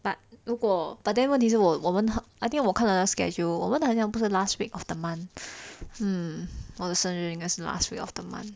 but 如果 but then 问题是我我们 I think 我看到的 schedule 我们的好象不是 last week of the month hmm 我的生日应该是 last week of the month